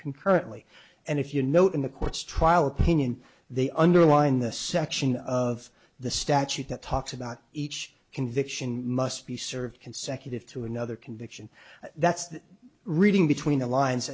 concurrently and if you know in the court's trial opinion they underline the section of the statute that talks about each conviction must be served consecutive to another conviction that's the reading between the lines